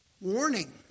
Warning